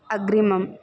अग्रिमम्